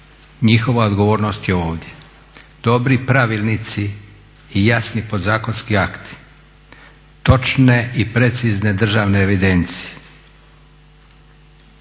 njihova odgovornost je ovdje. Dobri pravilnici i jasni podzakonski akti, točne i precizne državne evidencije,